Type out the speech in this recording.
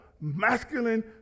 masculine